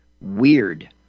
weird